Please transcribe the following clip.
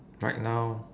right now